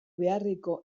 beharreko